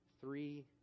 three